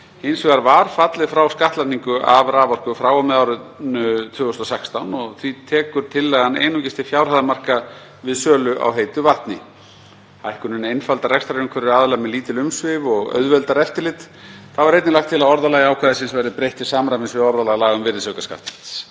Hins vegar var fallið frá skattlagningu af raforku frá og með árinu 2016 og því tekur tillagan einungis til fjárhæðarmarka við sölu á heitu vatni. Hækkunin einfaldar rekstrarumhverfi aðila með lítil umsvif og auðveldar eftirlit. Þá er einnig lagt til að orðalagi ákvæðisins verði breytt til samræmis við orðalag laga um virðisaukaskatt,